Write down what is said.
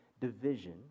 division